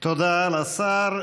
תודה לשר.